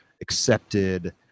accepted